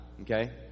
Okay